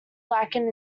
lacking